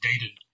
dated